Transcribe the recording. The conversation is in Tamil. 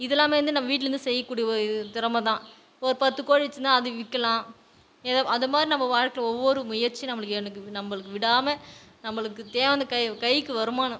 இது எல்லாமே வந்து நம்ம வீட்லேருந்து செய்யக்கூடிய ஒரு இது திறமை தான் ஒரு பத்து கோழி வச்சிருந்தா அதை விற்கலாம் ஏதோ அதை மாதிரி நம்ம வாழ்க்கையில் ஒவ்வொரு முயற்சி நம்மளுக்கு எனக்கு நம்மளுக்கு விடாமல் நம்மளுக்கு தேவை அந்த கை கைக்கு வருமானம்